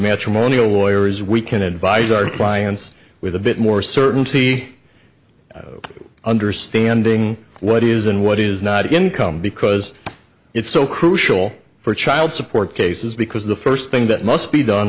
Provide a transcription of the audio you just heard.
matrimonial lawyers we can advise our clients with a bit more certainty of understanding what is and what is not income because it's so crucial for child support cases because the first thing that must be done